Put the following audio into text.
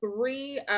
three